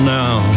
now